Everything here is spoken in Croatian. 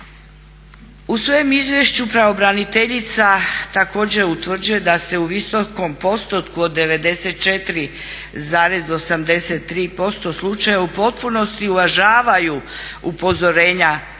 U svom izvješću pravobraniteljica također utvrđuje da se u visokom postotku od 94,83% slučajeva u potpunosti uvažavaju upozorenja,